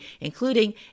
including